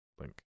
link